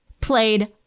played